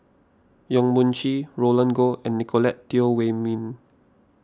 Yong Mun Chee Roland Goh and Nicolette Teo Wei Min